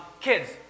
Kids